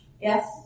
Yes